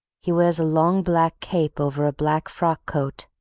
he wears a long black cape over a black frock-coat,